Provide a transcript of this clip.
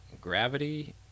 gravity